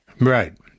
Right